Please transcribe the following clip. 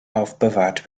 aufbewahrt